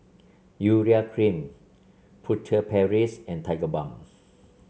Urea Cream Furtere Paris and Tigerbalm